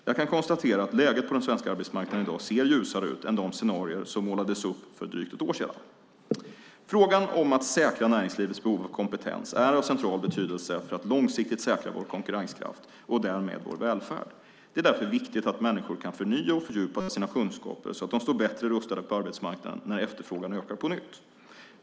Jag kan konstatera att läget på den svenska arbetsmarknaden i dag ser ljusare ut än de scenarier som målades upp för drygt ett år sedan. Frågan om att säkra näringslivets behov av kompetens är av central betydelse för att långsiktigt säkra vår konkurrenskraft och därmed vår välfärd. Det är därför viktigt att människor kan förnya och fördjupa sina kunskaper så att de står bättre rustade på arbetsmarknaden när efterfrågan ökar på nytt.